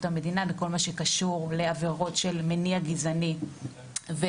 המדינה בכל מה שקשור לעבירות של מניע גזעני וטרור,